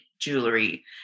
jewelry